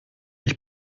ich